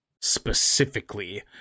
specifically